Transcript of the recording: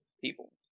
people